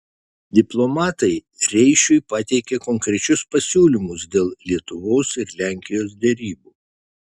diplomatai reišiui pateikė konkrečius pasiūlymus dėl lietuvos ir lenkijos derybų